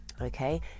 okay